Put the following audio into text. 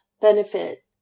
benefit